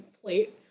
plate